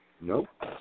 Nope